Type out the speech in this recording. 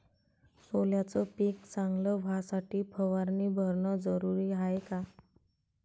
सोल्याचं पिक चांगलं व्हासाठी फवारणी भरनं जरुरी हाये का?